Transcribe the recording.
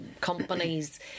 companies